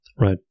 Right